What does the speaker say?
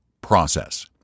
process